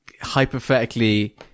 hypothetically